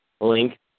Link